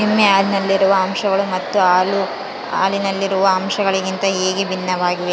ಎಮ್ಮೆ ಹಾಲಿನಲ್ಲಿರುವ ಅಂಶಗಳು ಮತ್ತು ಹಸು ಹಾಲಿನಲ್ಲಿರುವ ಅಂಶಗಳಿಗಿಂತ ಹೇಗೆ ಭಿನ್ನವಾಗಿವೆ?